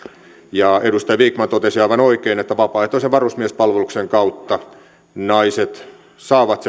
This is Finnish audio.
ja edustaja vikman totesi aivan oikein että vapaaehtoisen varusmiespalveluksen kautta naiset saavat